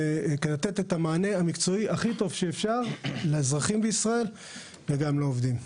לתת את המענה המקצועי הכי טוב שאפשר לאזרחים בישראל וגם לעובדים.